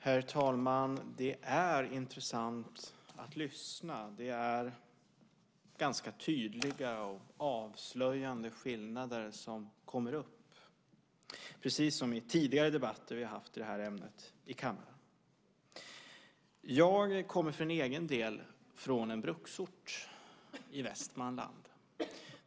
Herr talman! Det är intressant att lyssna. Det är ganska tydliga och avslöjande skillnader som kommer upp, precis som i tidigare debatter som vi har haft i det här ämnet i kammaren. Jag kommer från en bruksort i Västmanland.